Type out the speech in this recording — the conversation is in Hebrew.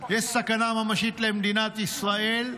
יש סכנה ממשית למדינת ישראל,